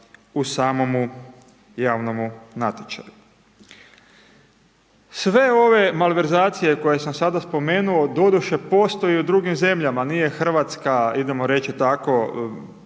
u samomu javnome natječaju. Sve ove malverzacije, koje sam sada spomenuo doduše postoje u drugim zemljama, nije Hrvatska, idemo reći tako,